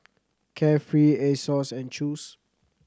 Carefree Asos and Chew's